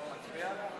נתקבל.